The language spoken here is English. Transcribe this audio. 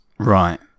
Right